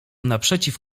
naprzeciw